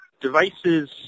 devices